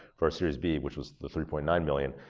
for our series b, which was the three point nine million,